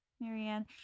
Marianne